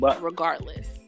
regardless